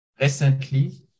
recently